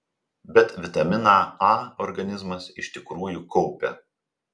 bet vitaminą a organizmas iš tikrųjų kaupia